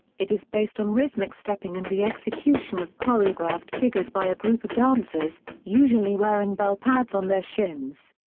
it is based on rhythmic stepping and the execution of choreographed figures by a group of dancers, usually wearing bell pads on their shins.